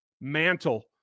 mantle